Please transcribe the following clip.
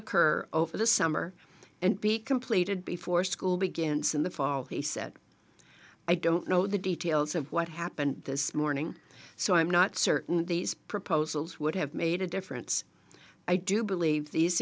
occur over the summer and be completed before school begins in the fall he said i don't know the details of what happened this morning so i'm not certain these proposals would have made a difference i do believe these